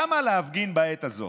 למה להפגין בעת הזאת?